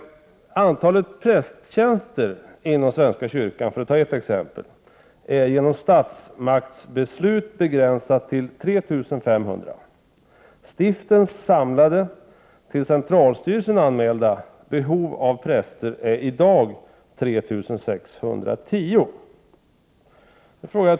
Antalet prästtjänster inom svenska kyrkan, för att ta ett exempel, är genom statsmaktsbeslut begränsat till 3 500. Stiftens samlade, till centralstyrelsen anmälda behov av präster är i dag 3 610.